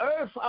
earth